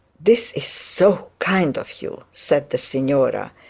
this is so kind of you said the signora.